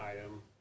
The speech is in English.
item